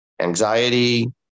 anxiety